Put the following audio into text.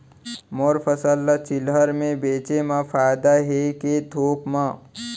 मोर फसल ल चिल्हर में बेचे म फायदा है के थोक म?